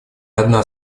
одна